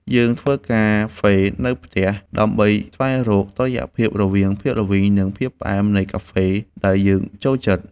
យើងធ្វើកាហ្វេនៅផ្ទះដើម្បីស្វែងរកតុល្យភាពរវាងភាពល្វីង និងភាពផ្អែមនៃកាហ្វេដែលយើងចូលចិត្ត។